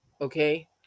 Okay